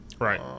Right